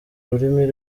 rurimi